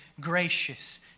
gracious